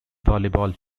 volleyball